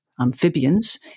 amphibians